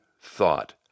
thought